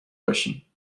باشی